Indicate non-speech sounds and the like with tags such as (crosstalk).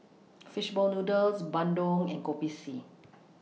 (noise) Fish Ball Noodles Bandung and Kopi C